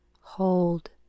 hold